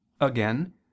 again